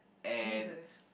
jesus